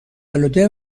آلوده